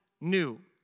new